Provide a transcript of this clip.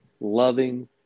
loving